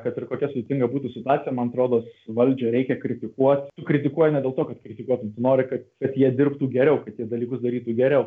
kad ir kokia sudėtinga būtų situacija man atrodos valdžią reikia kritikuot tu kritikuoji ne dėl to kad kritikuotum tu nori kad kad jie dirbtų geriau kad jie dalykus darytų geriau